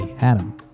Adam